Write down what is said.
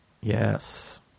Yes